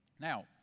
Now